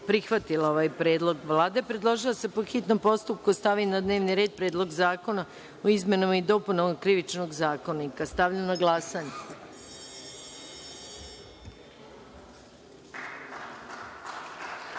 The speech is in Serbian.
prihvatila ovaj predlog. Vlada je predložila da se, po hitnom postupku, stavi na dnevni red Predlog zakona o izmenama i dopunama Krivičnog zakonika. Stavljam na glasanje